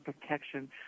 protection